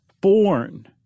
born